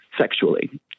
sexually